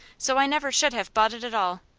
so i never should have bought it at all.